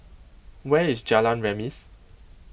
where is Jalan Remis